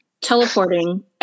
teleporting